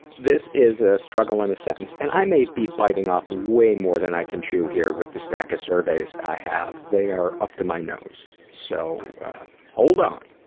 this is a struggle in a sentence and i may be biting off way more than i can chew with the stack of surveys i have. they are up to my nose so hold on.